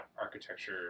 architecture